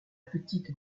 petite